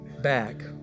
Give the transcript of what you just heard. back